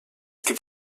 gibt